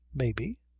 may be,